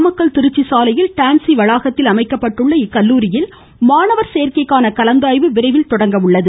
நாமக்கல் திருச்சி சாலையில் டான்சி வளாகத்தில் அமைக்கப்பட்டுள்ள இக்கல்லூரியில் மாணவர் சேர்க்கைக்கான கலந்தாய்வு விரைவில் தொடங்க உள்ளது